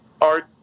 art